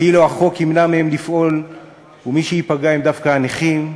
כאילו החוק ימנע מהם לפעול ומי שייפגעו הם דווקא הנכים.